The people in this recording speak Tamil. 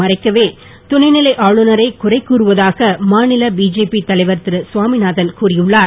மறைக்கவே துணைநிலை ஆளுநரை குறை கூறுவதாக மாநில பிஜேபி தலைவர் திருகுவாமிநாதன் கூறியுள்ளார்